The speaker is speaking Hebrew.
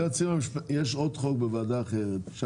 יש עוד חוק בוועדה אחרת,